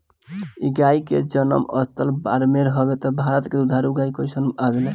इ गाई के जनम स्थल बाड़मेर हवे इ भारत के दुधारू गाई सन में आवेले